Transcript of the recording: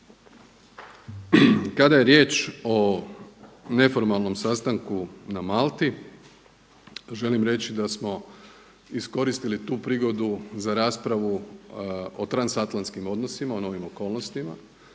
Kada je riječ o neformalnom sastanku na Malti želim reći da smo iskoristili tu prigodu za raspravu o transatlantskim odnosima, o novim okolnostima,